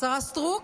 השרה סטרוק?